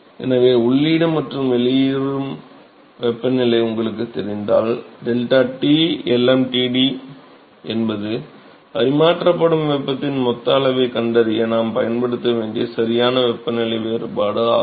எனவே உள்ளீடு மற்றும் வெளியேறும் வெப்பநிலை உங்களுக்குத் தெரிந்தால் ΔT lmtd என்பது பரிமாற்றப்படும் வெப்பத்தின் மொத்த அளவைக் கண்டறிய நாம் பயன்படுத்த வேண்டிய சரியான வெப்பநிலை வேறுபாடு ஆகும்